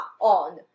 on